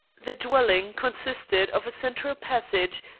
the dwelling consisted of a central passage,